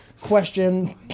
question